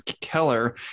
Keller